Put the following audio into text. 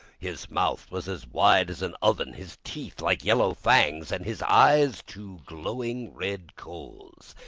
his mouth was as wide as an oven, his teeth like yellow fangs, and his eyes, two glowing red coals.